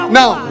now